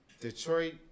Detroit